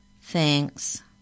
Thanks